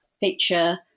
picture